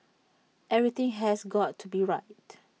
everything has go out to be right